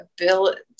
ability